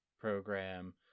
program